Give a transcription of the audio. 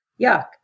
Yuck